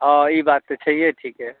हँ ई बात तऽ छहियै ठीके